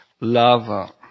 Lava